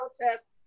protests